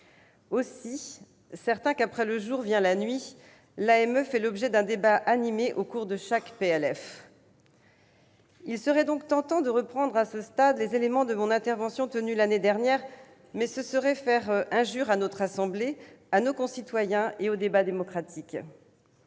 Aussi certain qu'après le jour vient la nuit l'AME fait l'objet d'un débat animé à chaque projet de loi de finances. Il serait donc tentant de reprendre, à ce stade, les éléments de l'intervention que j'ai tenue l'an dernier, mais ce serait faire injure à notre assemblée, à nos concitoyens et au débat démocratique.